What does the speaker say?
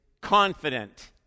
confident